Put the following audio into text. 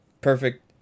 perfect